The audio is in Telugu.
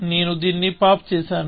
నేను దీన్ని పాప్ చేసాను